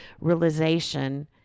realization